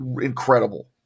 incredible